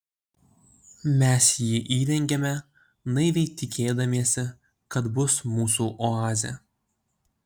mes jį įrengėme naiviai tikėdamiesi kad bus mūsų oazė